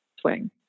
swing